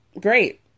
Great